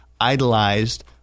idolized